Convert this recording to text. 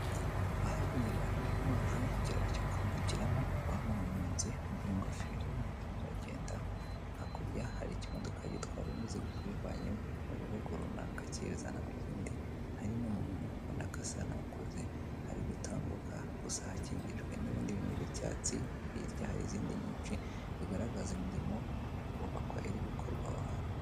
Ahabugenewe hanyura amazi ikiraro cyo kwambukiramo urabona umunyonzi wambaye ingofero urimo aragenda, hakujya hari ikimodoka gitwara imizigo kibivamye mu bihugu runaka kibizana mu kindi hari n'umuntu ubona ko asa n'ukuze ari gutambuka gusa hakingirijwe n'ibindi bintu by'icyatsi hirya hari izindi nyinshi bigaragaza imirimo yo kubaka iri gukorwa aho hantu.